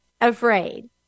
afraid